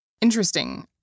Interesting